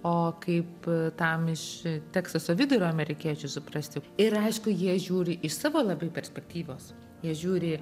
o kaip tam iš teksaso vidurio amerikiečiui suprasti ir aišku jie žiūri iš savo labai perspektyvos jie žiūri